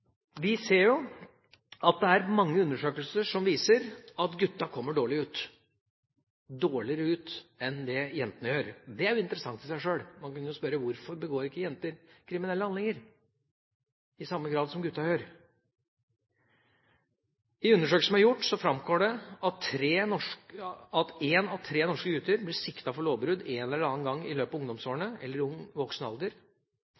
Vi ser at mange undersøkelser viser at guttene kommer dårlig ut, dårligere ut enn det jentene gjør. Det er interessant i seg sjøl, man kunne jo spørre hvorfor ikke jenter begår kriminelle handlinger i samme grad som guttene gjør. I undersøkelser som er gjort, framgår det at en av tre norske gutter blir siktet for lovbrudd en eller annen gang i løpet av ungdomsårene eller i ung voksen alder.